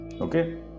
okay